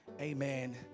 Amen